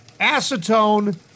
acetone